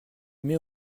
mets